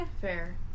fair